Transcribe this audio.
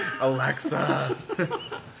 Alexa